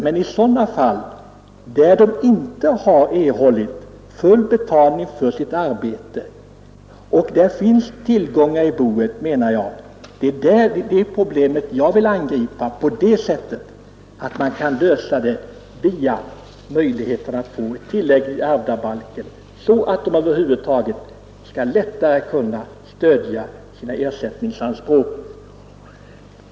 De fall det är fråga om är enbart sådana där det finns tillgångar i boet och där de inte erhållit full betalning för sitt arbete. Det är här man kan lösa problemet genom att införa ett tillägg i ärvdabalken för att de därmed skall få laglig rätt till ersättning.